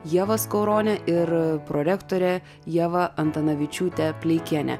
ieva skaurone ir prorektore ieva antanavičiūte pleikiene